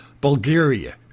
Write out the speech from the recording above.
Bulgaria